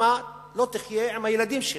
שאמא לא תחיה עם הילדים שלה,